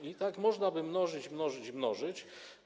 I tak można by mnożyć, mnożyć, mnożyć.